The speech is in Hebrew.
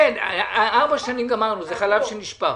ארבע שנים זה חלב שנשפך.